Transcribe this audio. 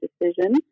decision